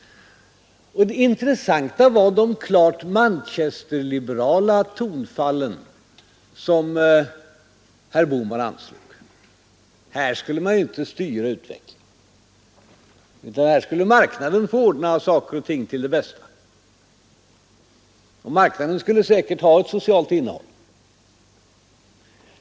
Det intressanta var de klart manchesterliberala tonfall som herr Bohman anslog. Här skulle man inte styra utvecklingen, utan här skulle marknaden få ordna saker och ting till det bästa: marknaden skulle säkert ha ett socialt innehåll.